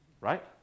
Right